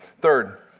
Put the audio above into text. Third